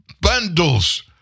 bundles